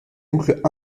boucles